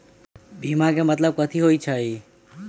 बीमा के मतलब कथी होई छई?